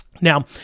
Now